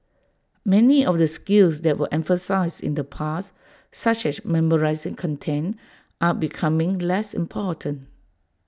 many of the skills that were emphasised in the past such as memorising content are becoming less important